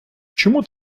чому